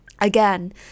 again